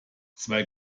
zwei